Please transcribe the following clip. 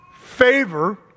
favor